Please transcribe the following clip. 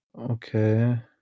okay